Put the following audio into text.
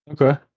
Okay